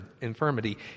infirmity